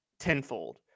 tenfold